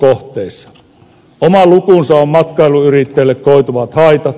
oma lukunsa ovat matkailuyrittäjälle koituvat haitat